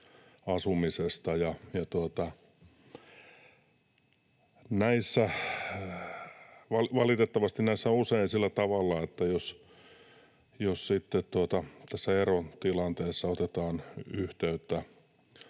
näissä valitettavasti on usein sillä tavalla, että jos sitten tässä erotilanteessa otetaan yhteyttä